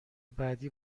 بعدی